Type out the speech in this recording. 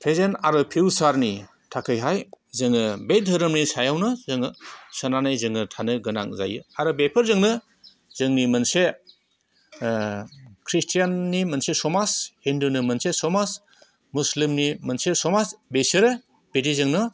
present आरो फिउचारनि थाखैहाय जोङो बे धोरोमनि सायावनो जोङो सोनानै जोङो थानो गोनां जायो आरो बेफोरजोंनो जोंनि मोनसे ख्रिस्टियाननि मोनसे समाज हिन्दुनि मोनसे समाज मुस्लिमनि मोनसे समाज बेसोरो बिदिजोंनो